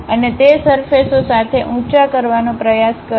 અને તે સરફેસ ઓ સાથે ઊંચા કરવાનો પ્રયાસ કરો